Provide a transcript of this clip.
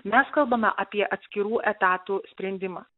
mes kalbame apie atskirų etatų sprendimą